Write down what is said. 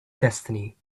destiny